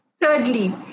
thirdly